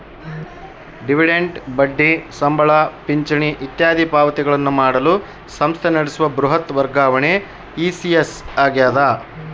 dividend ಬಡ್ಡಿ ಸಂಬಳ ಪಿಂಚಣಿ ಇತ್ಯಾದಿ ಪಾವತಿಗಳನ್ನು ಮಾಡಲು ಸಂಸ್ಥೆ ನಡೆಸುವ ಬೃಹತ್ ವರ್ಗಾವಣೆ ಇ.ಸಿ.ಎಸ್ ಆಗ್ಯದ